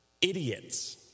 Idiots